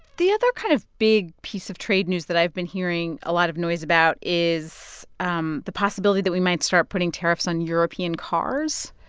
the other kind of big piece of trade news that i've been hearing a lot of noise about is um the possibility that we might start putting tariffs on european cars.